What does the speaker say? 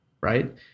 right